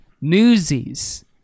Newsies